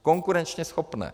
Konkurenčně schopné.